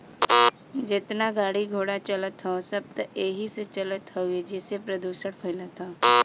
जेतना गाड़ी घोड़ा चलत हौ सब त एही से चलत हउवे जेसे प्रदुषण फइलत हौ